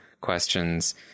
questions